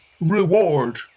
reward